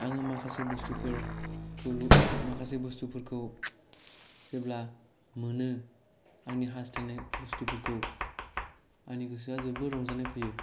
आङो माखासे बुस्टुफोर खौ माखासे बुस्टुफोरखौ जेब्ला मोनो आंनि हास्थायनाय बुस्टुफोरखौ आंनि गोसोआ जोबोर रंजानाय फैयो